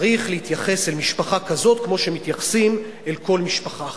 צריך להתייחס אל משפחה כזאת כמו שמתייחסים אל כל משפחה אחרת.